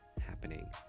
happening